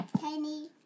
tiny